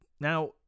now